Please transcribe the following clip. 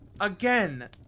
again